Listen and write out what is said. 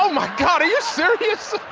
oh, my god! are so yeah